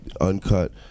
uncut